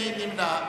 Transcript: מי נמנע?